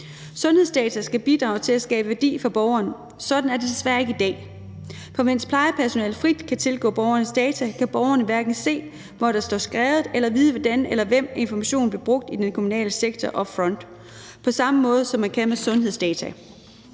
Sundhedsdata skal bidrage til at skabe værdi for borgeren. Sådan er det desværre ikke i dag. For mens plejepersonalet frit kan tilgå borgernes data, kan borgerne hverken se, hvor noget står skrevet, eller vide, hvordan eller af hvem informationen bliver brugt i den kommunale sektor upfront på samme måde, som man kan med sundhedsdata.